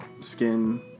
skin